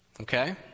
okay